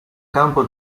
campo